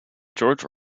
george